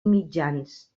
mitjans